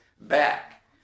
back